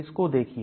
इसको देखिए